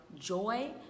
joy